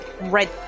red